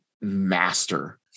master